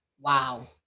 Wow